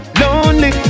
lonely